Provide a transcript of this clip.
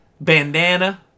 bandana